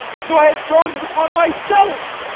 so i had brought it upon myself!